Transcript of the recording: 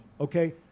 okay